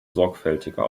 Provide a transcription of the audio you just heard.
sorgfältiger